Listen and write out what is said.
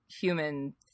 human